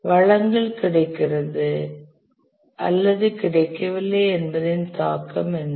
வளங்கள் கிடைக்கிறது அல்லது கிடைக்கவில்லை என்பதின் தாக்கம் என்ன